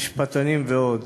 משפטנים ועוד.